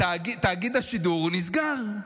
תאגיד השידור נסגר,